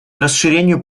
расширению